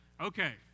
Okay